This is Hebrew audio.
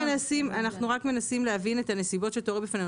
אנחנו רק מנסים להבין את הנסיבות שתוארו בפנינו.